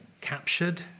captured